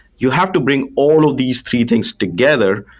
you have to bring all of these three things together,